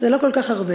זה לא כל כך הרבה.